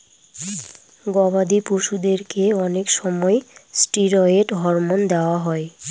গবাদি পশুদেরকে অনেক সময় ষ্টিরয়েড হরমোন দেওয়া হয়